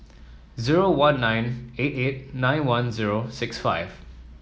zero one nine eight eight nine one zero six five